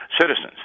citizens